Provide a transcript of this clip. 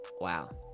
wow